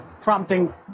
prompting